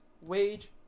wage